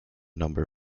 number